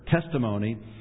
testimony